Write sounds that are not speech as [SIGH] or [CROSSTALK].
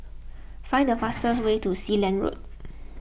find the fastest way to Sealand Road [NOISE]